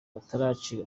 bataracika